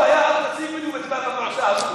לא היה אף נציג בדואי במועצה הזאת,